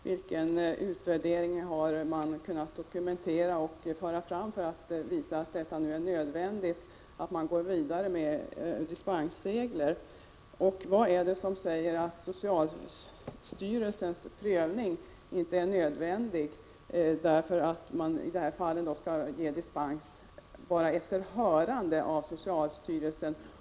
Vilken dokumentation har förts fram för att visa att det är nödvändigt att nu gå vidare med dispensregeln? Vad är det som säger att socialstyrelsens prövning inte är nödvändig — det är ju nu regeringen som skall ge dispensen efter att bara ha hört socialstyrelsen.